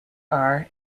are